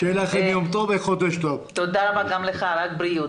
רק בריאות.